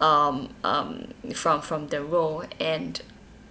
um um from from the role and